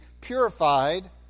purified